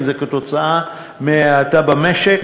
האם זה כתוצאה מההאטה במשק?